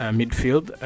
midfield